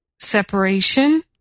separation